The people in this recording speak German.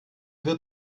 wird